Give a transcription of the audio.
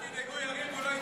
אל תדאגו, הוא לא יתפטר.